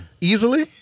easily